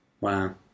Wow